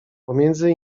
pomiędzy